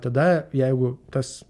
tada jeigu tas